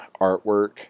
artwork